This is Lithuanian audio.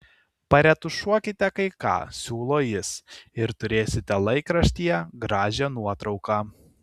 paretušuokite kai ką siūlo jis ir turėsite laikraštyje gražią nuotrauką